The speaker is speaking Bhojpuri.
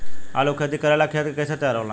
आलू के खेती करेला खेत के कैसे तैयारी होला?